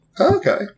Okay